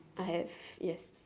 I have yes